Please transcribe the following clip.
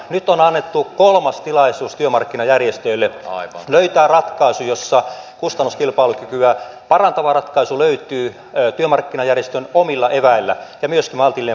nyt on annettu kolmas tilaisuus työmarkkinajärjestöille löytää ratkaisu jossa kustannuskilpailukykyä parantava ratkaisu löytyy työmarkkinajärjestön omilla eväillä ja myös maltillinen palkkaratkaisu